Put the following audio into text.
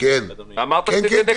ואני כן רוצה לדבר על